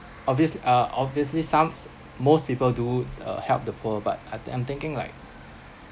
obvious~ uh obviously some most people do uh help the poor but I think I'm thinking like